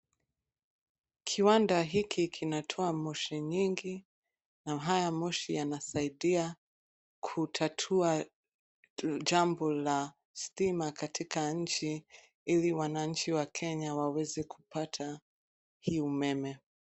Kiwanda hiki kinatoa moshi nyingi na haya moshi yanasaidia kutatua jambo la stima katika nchi ili wananchi wa Kenya waweze kupata hii umeme.